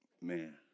Man